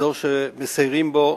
אזור שמסיירים בו,